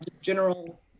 general